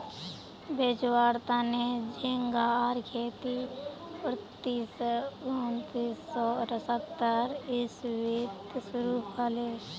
बेचुवार तने झिंगार खेती उन्नीस सौ सत्तर इसवीत शुरू हले